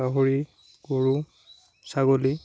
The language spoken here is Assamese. গাহৰি গৰু ছাগলী